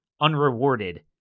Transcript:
unrewarded